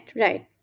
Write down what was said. right